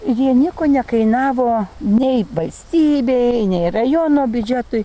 jie nieko nekainavo nei valstybei nei rajono biudžetui